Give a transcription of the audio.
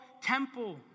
temple